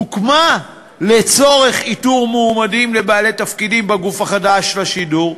הוקמה לצורך איתור מועמדים לבעלי תפקידים בגוף החדש לשידור,